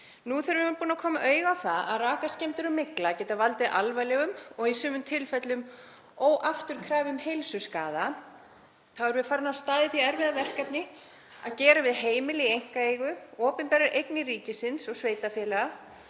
Nú þegar við erum búin að koma auga á það að rakaskemmdir og mygla geta valdið alvarlegum og í sumum tilfellum óafturkræfum heilsuskaða þá erum við farin af stað í það erfiða verkefni að gera við heimili í einkaeigu, opinberar eignir ríkisins og sveitarfélaga